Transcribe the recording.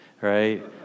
right